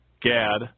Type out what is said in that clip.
Gad